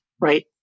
right